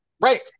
Right